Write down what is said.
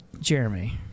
Jeremy